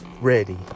ready